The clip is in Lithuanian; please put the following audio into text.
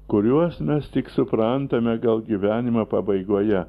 kuriuos mes tik suprantame gal gyvenimo pabaigoje